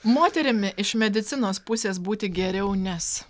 moterimi iš medicinos pusės būti geriau nes